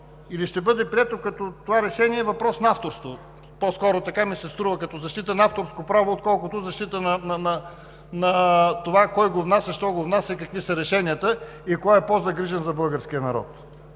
или ще бъде прието като това решение е въпрос на авторство – по-скоро ми се струва като защита на авторско право, отколкото защита на това кой го внася, защо го внася, какви са решенията и кой е по-загрижен за българския народ.